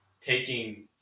taking